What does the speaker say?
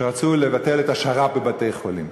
שרצו לבטל את השר"פ בבתי-חולים,